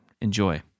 Enjoy